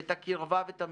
ואת הקרבה ואת המהירות.